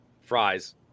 Fries